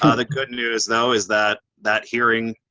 ah the good news though is that that hearing,